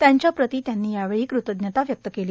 त्यांच्याप्रति त्यांनी यावेळी कृतज्ञता व्यक्त केली